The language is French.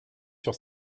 sur